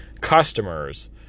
customers